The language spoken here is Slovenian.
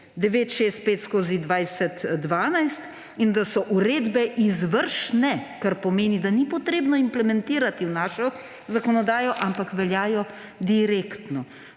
965/2012 in da so uredbe izvršne, kar pomeni, da ni potrebno implementirati v našo zakonodajo, ampak veljajo direktno.